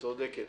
את צודקת.